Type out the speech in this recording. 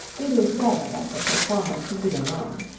it is better that the performer should be alone,